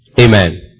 Amen